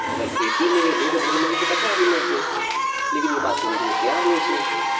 अगर खेती नहि हेतै तऽ भुखमरीसँ कतेक आदमी मरतै लेकिन ई बात केओ बुझै लेल तैयार नहि छै